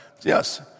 yes